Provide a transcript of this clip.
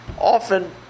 often